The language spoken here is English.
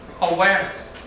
Awareness